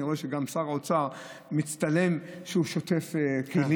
אני רואה שגם שר האוצר מצטלם כשהוא שוטף כלים,